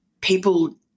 people